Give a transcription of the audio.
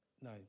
No